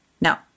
Now